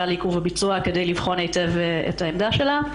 לעיכוב הביצוע כדי לבחון היטב את העמדה שלה,